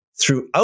throughout